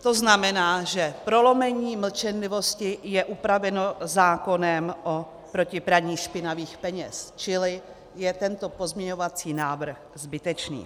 To znamená, že prolomení mlčenlivosti je upraveno zákonem proti praní špinavých peněz, čili je tento pozměňovací návrh zbytečný.